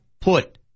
put